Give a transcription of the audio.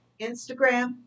Instagram